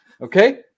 Okay